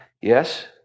Yes